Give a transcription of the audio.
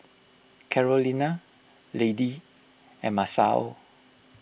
Carolina Lady and Masao